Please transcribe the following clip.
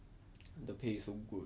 the pay is so good